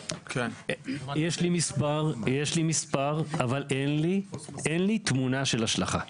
יש לי מספר, אבל אין לי תמונה של השלכה.